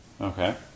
Okay